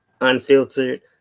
unfiltered